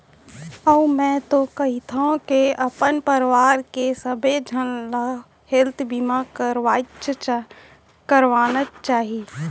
अउ मैं तो कहिथँव के अपन परवार के सबे झन ल हेल्थ बीमा करवानेच चाही